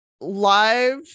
live